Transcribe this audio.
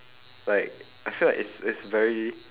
like I feel like it's it's very